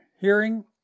hearing